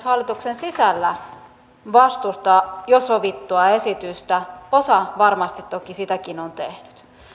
hallituksen sisällä vastustaa jo sovittua esitystä osa varmasti toki sitäkin on tehnyt